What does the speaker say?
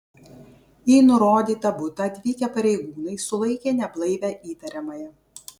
į nurodytą butą atvykę pareigūnai sulaikė neblaivią įtariamąją